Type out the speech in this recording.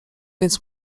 więc